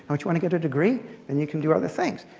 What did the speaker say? but you want to get a degree and you can do other things.